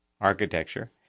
architecture